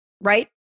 right